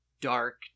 dark